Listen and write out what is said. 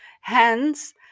hands